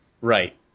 Right